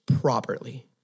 properly